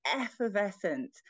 effervescent